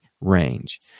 range